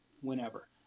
whenever